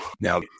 now